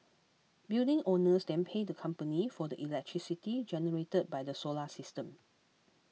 building owners then pay the company for the electricity generated by the solar system